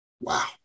wow